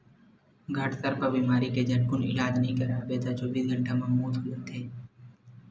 घटसर्प बेमारी के झटकुन इलाज नइ करवाबे त चौबीस घंटा म मउत हो जाथे